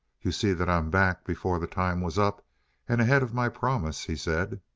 you see that i'm back before the time was up and ahead of my promise, he said.